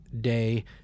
day